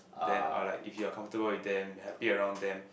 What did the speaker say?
then I will like if you are comfortable with them you are happy around them